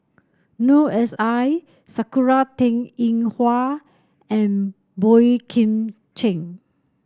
Noor S I Sakura Teng Ying Hua and Boey Kim Cheng